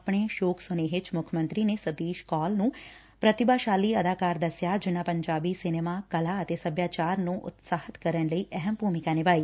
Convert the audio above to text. ਆਪਣੇ ਸ਼ੋਕ ਸੁਨੇਹੇ ਚ ਮੁੱਖ ਮੰਤਰੀ ਨੇ ਸਤੀਸ਼ ਕੌਲ ਨੂੰ ਪੁਤੀਭਾਸ਼ਾਲੀ ਅਦਾਕਾਰ ਦਸਿਆ ਜਿਨਾਂ ਪੰਜਾਬ ਸਿਨੇਮਾ ਕਲਾ ਅਤੇ ਸਭਿਆਚਾਰ ਨੂੰ ਉਤਸ਼ਾਹਿਤ ਕਰਨ ਚ ਅਹਿਮ ਭੁਮਿਕਾ ਨਿਭਾਈ